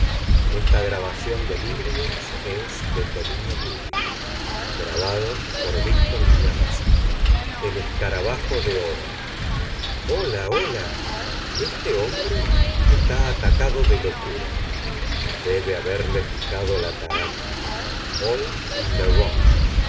ha removido jamás in pace requiescat el escarabajo de oro hola hola este hombre está atacado de locura debe haberle picado la tarántula all in